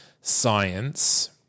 science